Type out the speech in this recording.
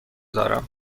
دارم